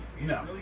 no